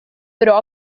loro